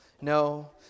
No